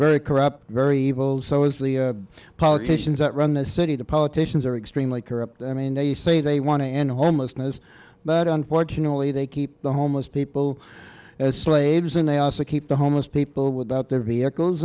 very corrupt very evil and so is the politicians that run the city the politicians are extremely corrupt i mean they say they want to end homelessness but unfortunately they keep the homeless people as slaves and they also keep the homeless people without their vehicles